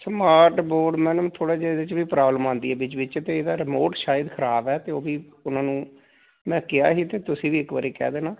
smart board madam ਥੋੜ੍ਹਾ ਜਿਹਾ ਇਹਦੇ 'ਚ ਵੀ ਪ੍ਰੋਬਲਮ ਆਉਂਦੀ ਹੈ ਵਿੱਚ ਵਿੱਚ ਅਤੇ ਇਹਦਾ ਰਿਮੋਟ ਸ਼ਾਇਦ ਖਰਾਬ ਹੈ ਅਤੇ ਉਹ ਵੀ ਉਹਨਾਂ ਨੂੰ ਮੈਂ ਕਿਹਾ ਸੀ ਅਤੇ ਤੁਸੀਂ ਵੀ ਇੱਕ ਵਾਰੀ ਕਹਿ ਦੇਣਾ